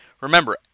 Remember